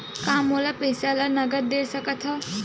का मोला पईसा ला नगद दे सकत हव?